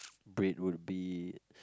bread would be